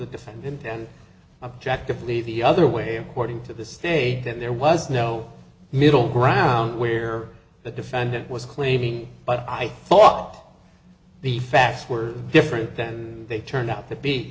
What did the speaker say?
defendant and objectively the other way cording to the state then there was no middle ground where the defendant was claiming but i thought the facts were different then they turned out to be